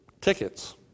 tickets